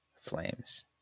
Flames